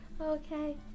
Okay